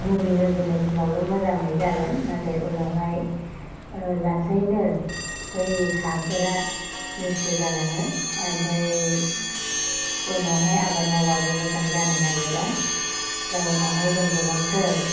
मुलि होजेन्नाय समावल' मोजाङै जागोन नाथाय उनावहाय लासैनो बै हाफोरा नस्थ' जालाङो आमफ्राय उनावहाय आबाद मावबाबो मोजां जानो नागिरा जाउनाव जों गोबांथार